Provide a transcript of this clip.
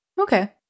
okay